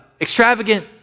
extravagant